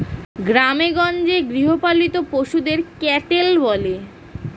গ্রামেগঞ্জে গৃহপালিত পশুদের ক্যাটেল বলে